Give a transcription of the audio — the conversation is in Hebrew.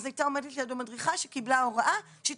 אז הייתה עומדת לידו מדריכה שקיבלה הוראה שהיא